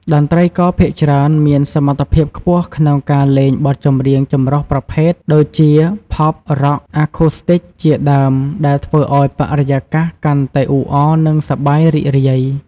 តន្ត្រីករភាគច្រើនមានសមត្ថភាពខ្ពស់ក្នុងការលេងបទចម្រៀងចម្រុះប្រភេទ ដូចជា ផប់, រ៉ក់, អាឃូស្ទីច ជាដើម ដែលធ្វើឱ្យបរិយាកាសកាន់តែអ៊ូអរ និងសប្បាយរីករាយ។